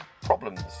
problems